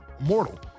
mortal